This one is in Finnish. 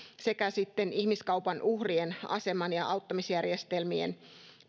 sekä ihmiskaupan uhrien aseman ja auttamisjärjestelmien